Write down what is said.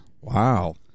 Wow